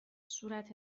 صورت